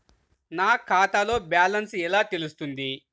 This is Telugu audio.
నా ఖాతాలో బ్యాలెన్స్ ఎలా తెలుస్తుంది?